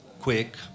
quick